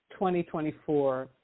2024